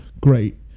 great